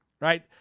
right